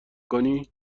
کنی